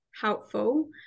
helpful